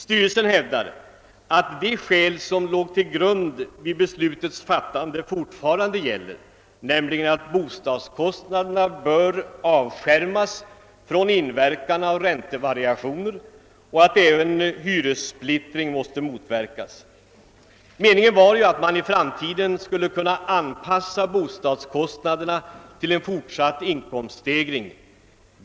Styrelsen hävdar att de skäl som låg till grund för beslutet alltjämt gäller, nämligen att bostadskostnaderna bör avskärmas från inverkan av räntevariationer och att även hyressplittring måste motverkas. Meningen var ju att man i framtiden skulle kunna anpassa bostadskostnaderna till en fortsatt inkomststegring.